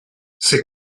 c’est